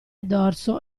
dorso